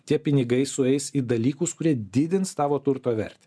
tie pinigai sueis į dalykus kurie didins tavo turto vertę